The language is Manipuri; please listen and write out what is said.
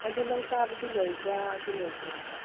ꯑꯗꯨ ꯅꯪ ꯆꯥꯕꯗꯤ ꯂꯣꯏꯕ꯭ꯔ ꯑꯗꯨ ꯂꯣꯏꯗ꯭ꯔꯕ